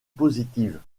positives